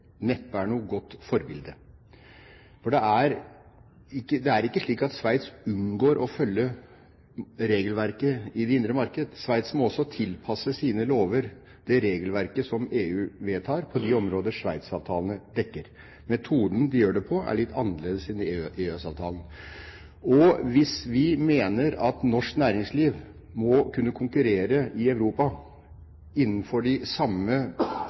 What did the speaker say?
unngår å følge regelverket i det indre marked. Sveits må også tilpasse sine lover til det regelverket som EU vedtar på områder Sveits-avtalene dekker. Metoden de bruker, er litt annerledes enn i EØS-avtalen. Hvis vi mener at norsk næringsliv må kunne konkurrere i Europa innenfor det samme